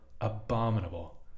abominable